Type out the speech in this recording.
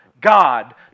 God